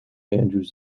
andrews